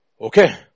Okay